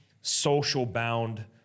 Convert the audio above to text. social-bound